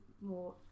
more